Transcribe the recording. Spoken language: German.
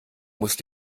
musst